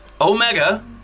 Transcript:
Omega